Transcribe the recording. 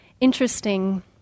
interesting